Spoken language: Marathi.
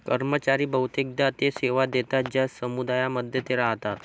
कर्मचारी बहुतेकदा ते सेवा देतात ज्या समुदायांमध्ये ते राहतात